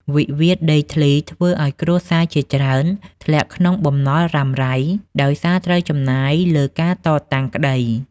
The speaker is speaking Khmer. វិវាទដីធ្លីធ្វើឱ្យគ្រួសារជាច្រើនធ្លាក់ក្នុងបំណុលរ៉ាំរ៉ៃ ដោយសារត្រូវចំណាយលើការតតាំងក្ដី។